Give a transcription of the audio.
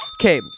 Okay